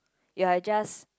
you're just